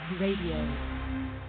Radio